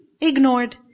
ignored